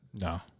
No